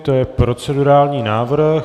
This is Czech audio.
To je procedurální návrh.